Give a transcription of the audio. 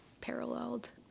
paralleled